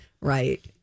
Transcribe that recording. Right